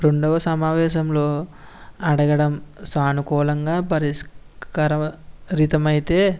రెండొవ సమావేశంలో అడగడం సానుకూలంగా పరిష్కరరితమైతే